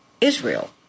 Israel